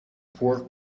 pork